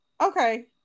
okay